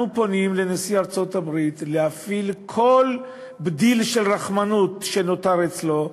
אנחנו פונים לנשיא ארצות-הברית להפעיל כל בדל של רחמנות שנותר אצלו.